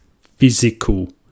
physical